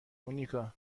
مونیکا